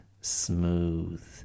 smooth